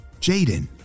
Jaden